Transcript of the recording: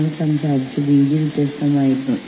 അതിനാൽ അത് നിങ്ങൾക്ക് എടുക്കാവുന്ന ചില തീരുമാനമാണ്